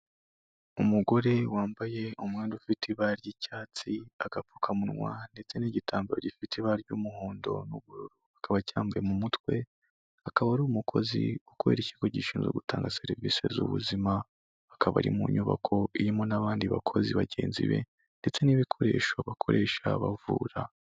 Umugore wambaye umwenda ufite ibara ry'icyatsi, agapfukamunwa ndetse n'igitambaro gifite ibara ry'umuhondo n'ubururu akaba acyambaye mu mutwe akaba ari umukozi ukorera ikigo gishinzwe gutanga serivisi z'ubuzima akaba ari mu nyubako irimo n'abandi bakozi bagenzi be ndetse n'ibikoresho bakoresha bavura.